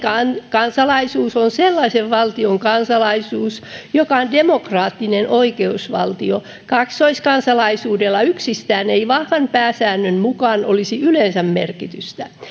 kansalaisuus on sellaisen valtion kansalaisuus joka on demokraattinen oikeusvaltio kaksoiskansalaisuudella yksistään ei vahvan pääsäännön mukaan olisi yleensä merkitystä